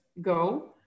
go